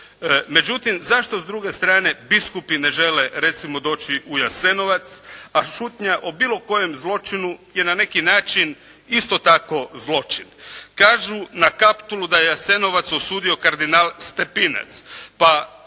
Međutim zašto s druge strane biskupi ne žele recimo doći u Jasenovac a šutnja o bilo kojem zločinu je na neki način isto tako zločin. Kažu na Kaptolu da je Jasenovac osudio kardinal Stepinac.